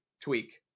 Tweak